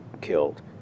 killed